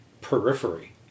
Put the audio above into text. periphery